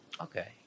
Okay